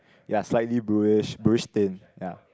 ya slightly bluish bluish tint ya